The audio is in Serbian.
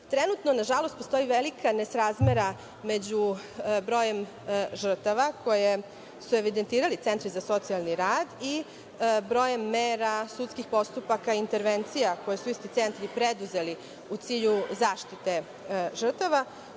organa. Trenutno nažalost, postoji velika nesrazmera među brojem žrtava koje su evidentirali centri za socijalni rad i brojem mera sudskih postupaka i intervencija koje su centri preduzeli u cilju zaštite žrtava.